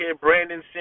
Brandon